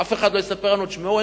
אף אחד לא יספר לנו: תשמעו,